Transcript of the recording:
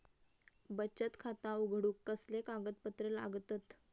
बचत खाता उघडूक कसले कागदपत्र लागतत?